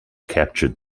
captured